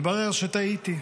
מתברר שטעיתי.